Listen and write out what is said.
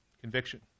conviction